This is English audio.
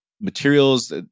materials